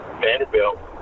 Vanderbilt